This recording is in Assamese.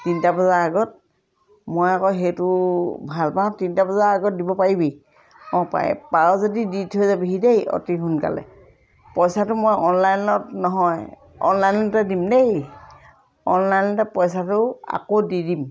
তিনিটা বজাৰ আগত মই আকৌ সেইটো ভাল পাওঁ তিনিটা বজাৰ আগত দিব পাৰিবি অঁ পাৰি পাৰ যদি দি থৈ যাবিহি দেই অতি সোনকালে পইচাটো মই অনলাইনত নহয় অনলাইনতে দিম দেই অনলাইনতে পইচাটো আকৌ দি দিম